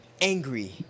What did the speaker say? angry